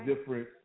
different